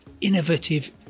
innovative